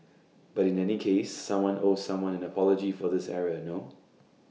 but in any case someone owes someone an apology for this error no